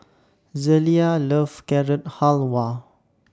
Zelia loves Carrot Halwa